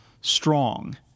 strong